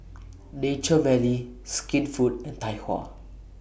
Nature Valley Skinfood and Tai Hua